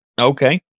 okay